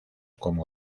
como